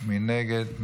מי נגד?